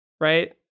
right